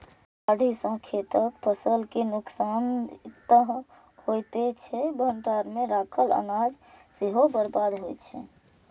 बाढ़ि सं खेतक फसल के नुकसान तं होइते छै, भंडार मे राखल अनाज सेहो बर्बाद होइ छै